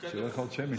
תהיה לך עוד שמית.